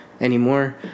anymore